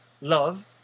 love